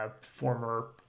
former